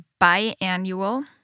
biannual